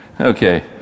Okay